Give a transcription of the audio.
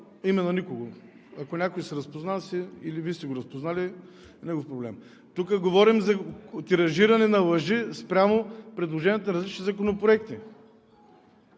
името на никого. Ако някой се разпознава, или Вие сте го разпознали – негов проблем. Тук говорим за тиражиране на лъжи спрямо предложенията на различни законопроекти.